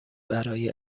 برای